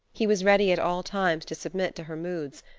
he was ready at all times to submit to her moods,